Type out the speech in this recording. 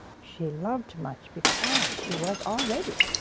she loved much because she was already.